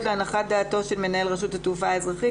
להנחת דעתו של מנהל רשות התעופה האזרחית.